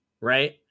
right